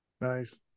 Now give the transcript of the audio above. Nice